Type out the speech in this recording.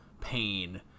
pain